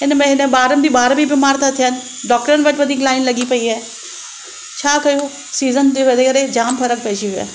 हिनमें हिन ॿारनि बि ॿार बि बीमारु था थियनि डॉक्टरनि वटि वॾी लाइन लॻी पई आहे छा कयूं सीज़न जे करे जामु फ़र्क़ु पइजी वियो आहे